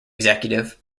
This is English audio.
executive